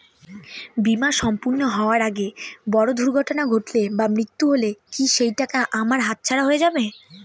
বীমা সম্পূর্ণ হওয়ার আগে বড় দুর্ঘটনা ঘটলে বা মৃত্যু হলে কি সেইটাকা আমার হাতছাড়া হয়ে যাবে?